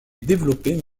développée